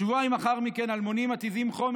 שבועיים לאחר מכן אלמונים מתיזים חומר